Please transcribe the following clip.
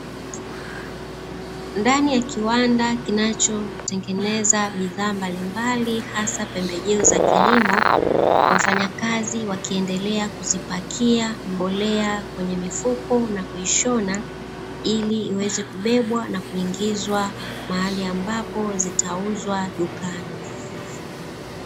Ndani ya kiwanda kinachotengeneza bidhaa mbalimbali hasa pembejeo za kilimo. Wafanyakazi wakiendelea kuzipakia mbolea kwenye mifuko na kuishona, ili iweze kubebwa na kuingizwa mahali ambapo zitauzwa dukani.